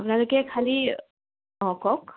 আপোনালোকে খালী অঁ কওক